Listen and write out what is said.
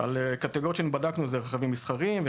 רכבים מסחריים,